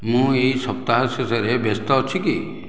ମୁଁ ଏହି ସପ୍ତାହ ଶେଷରେ ବ୍ୟସ୍ତ ଅଛି କି